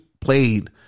played